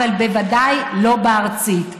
אבל בוודאי לא בארצית.